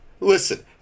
Listen